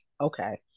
okay